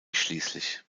schließlich